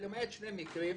שלמעט שני מקרים